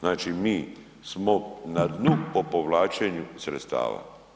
Znači mi smo na dnu po povlačenju sredstava.